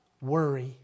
Worry